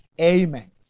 Amen